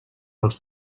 els